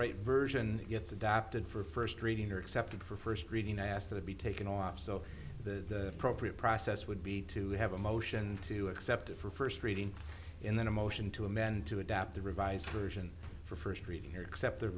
right version gets adopted for first reading or accepted for first reading i asked to be taken off so the appropriate process would be to have a motion to accept it for first reading and then a motion to amend to adapt the revised version for first reading here except the